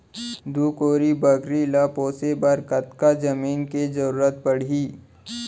दू कोरी बकरी ला पोसे बर कतका जमीन के जरूरत पढही?